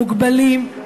מוגבלים,